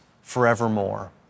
forevermore